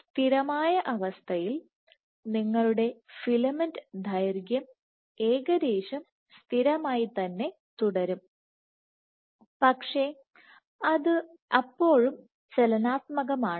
സ്ഥിരമായ അവസ്ഥയിൽ നിങ്ങളുടെ ഫിലമെന്റ് ദൈർഘ്യം ഏകദേശം സ്ഥിരമായി തന്നെ തുടരും പക്ഷേ അപ്പോഴും അത് ചലനാത്മകമാണ്